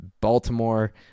baltimore